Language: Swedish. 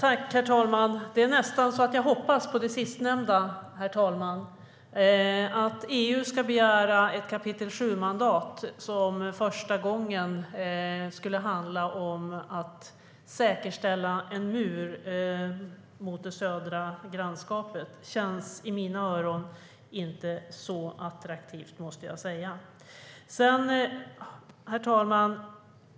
Herr talman! Det är nästan så att jag hoppas på det sistnämnda. Att EU ska begära ett kapitel VII-mandat som för första gången skulle handla om att säkerställa en mur mot det södra grannskapet låter i mina öron inte så attraktivt, måste jag säga. Herr talman!